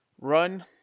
Run